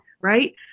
right